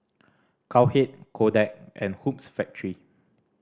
Cowhead Kodak and Hoops Factory